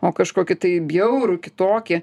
o kažkokį tai bjaurų kitokį